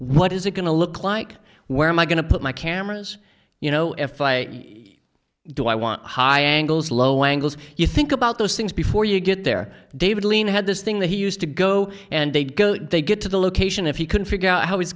what is it going to look like where am i going to put my cameras you know if i do i want high angles low angles you think about those things before you get there david lean had this thing that he used to go and they'd go they get to the location if he can figure out how